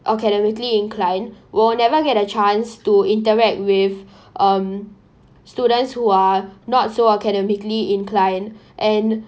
academically inclined will never get a chance to interact with um students who are not so academically inclined and